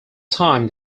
time